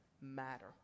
matter